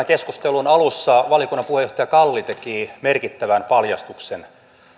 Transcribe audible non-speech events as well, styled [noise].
[unintelligible] keskustelun alussa valiokunnan puheenjohtaja kalli teki merkittävän paljastuksen